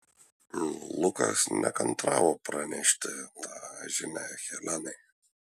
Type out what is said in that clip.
lukas nekantravo pranešti tą žinią helenai